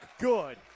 good